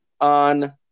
on